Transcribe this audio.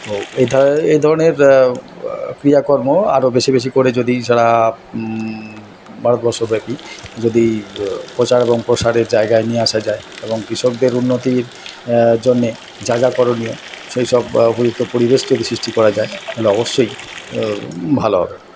এই ধরনের ক্রিয়াকর্ম আরও বেশি বেশি করে যদি সারা ভারতবর্ষব্যাপী যদি প্রচার এবং প্রসারের জায়গায় নিয়ে আসা যায় এবং কৃষকদের উন্নতির জন্যে যা যা করণীয় সেই সব উপযুক্ত পরিবেশ যদি সৃষ্টি করা যায় তাহলে অবশ্যই ভালো হবে